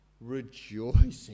rejoicing